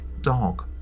dog